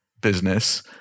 business